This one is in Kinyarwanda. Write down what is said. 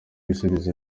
ibisubizo